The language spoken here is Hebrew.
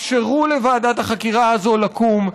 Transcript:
אפשרו לוועדת החקירה הזאת לקום.